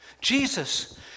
Jesus